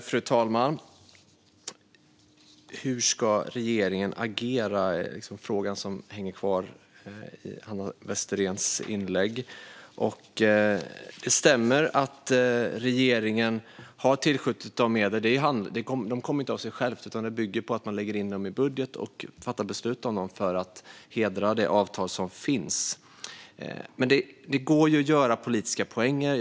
Fru talman! Hur ska regeringen agera, är frågan som hänger kvar i Hanna Westeréns inlägg. Det stämmer att regeringen har tillskjutit medel. De kommer inte av sig själva, utan detta bygger på att de läggs in i budget och att man fattar beslut för att hedra det avtal som finns. Det går att göra politiska poänger.